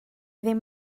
ddim